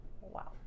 Wow